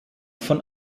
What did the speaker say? von